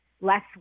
less